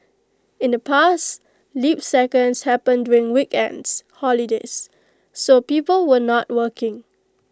in the past leap seconds happened during weekends holidays so people were not working